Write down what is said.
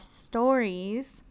stories